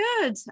good